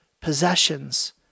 possessions